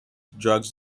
drugs